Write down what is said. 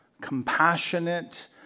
compassionate